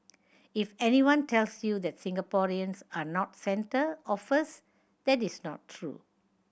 if anyone tells you that Singaporeans are not centre or first that is not true